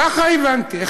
ככה הבנתי.